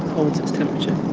holds its temperature,